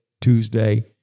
Tuesday